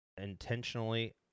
intentionally